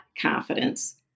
confidence